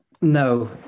No